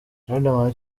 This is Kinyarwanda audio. riderman